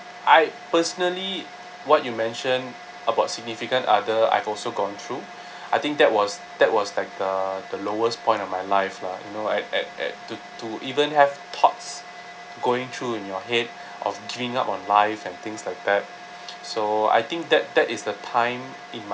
I personally what you mention about significant other I've also gone through I think that was that was like uh the lowest point of my life lah you know at at at to to even have thoughts going through in your head of giving up on life and things like that so I think that that is the time in